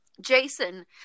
Jason